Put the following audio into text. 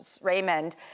Raymond